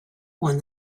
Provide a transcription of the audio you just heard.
one